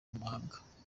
mahanga